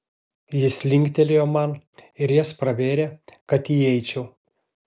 jis linktelėjo man ir jas pravėrė kad įeičiau